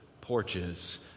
porches